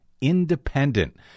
independent